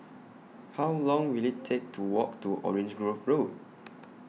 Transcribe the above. How Long Will IT Take to Walk to Orange Grove Road